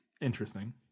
interesting